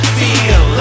feel